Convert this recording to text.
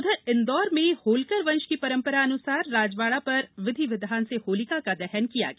उधर इंदौर में होलकर वंश की परम्परा अनुसार राजबाड़ा पर विधि विधान से होलिका का दहन किया गया